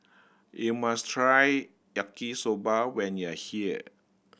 you must try Yaki Soba when you are here